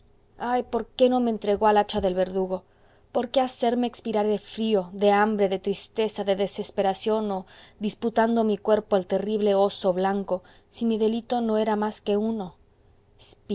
ah por qué no me entregó al hacha del verdugo por qué hacerme expirar de frío de hambre de tristeza de desesperación o disputando mi cuerpo al terrible oso blanco si mi delito no era más que uno